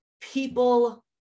People